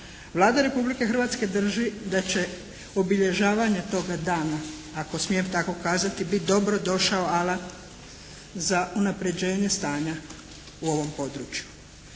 Vlada Republike Hrvatske drži da će obilježavanje toga dana, ako smijem tako kazati biti dobrodošao …/Govornica se ne razumije./… za unapređenje stanja u ovom području.